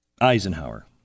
Eisenhower